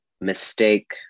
mistake